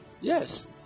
Yes